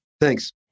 Thanks